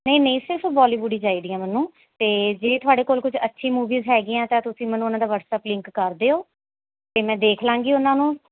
ਨਹੀਂ ਨਹੀਂ ਸਿਰਫ ਬੋਲੀਵੁੱਡ ਹੀ ਚਾਹੀਦੀਆਂ ਮੈਨੂੰ ਅਤੇ ਜੇ ਤੁਹਾਡੇ ਕੋਲ ਕੁਝ ਅੱਛੀ ਮੂਵੀਜ਼ ਹੈਗੀਆਂ ਤਾਂ ਤੁਸੀਂ ਮੈਨੂੰ ਉਹਨਾਂ ਦਾ ਵਟਸਐਪ ਲਿੰਕ ਕਰ ਦਿਓ ਅਤੇ ਮੈਂ ਦੇਖ ਲਵਾਂਗੀ ਉਹਨਾਂ ਨੂੰ